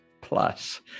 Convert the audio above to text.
plus